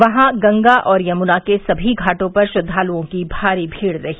वहां गंगा और यमुना के सभी घाटों पर श्रद्वालुओं की भारी भीड़ रही